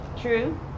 True